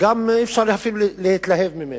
וגם אי-אפשר להתלהב ממנו.